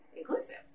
inclusive